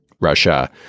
russia